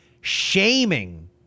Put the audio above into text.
shaming